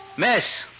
Miss